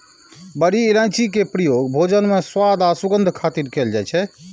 बड़ी इलायची के प्रयोग भोजन मे स्वाद आ सुगंध खातिर कैल जाइ छै